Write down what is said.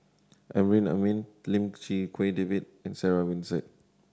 Amrin Amin Lim Chee Wai David and Sarah Winstedt